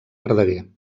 verdaguer